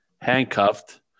handcuffed